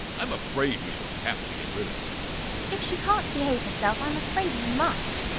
i'm afraid we shall have to get rid of her if she can't behave herself, i'm afraid we must.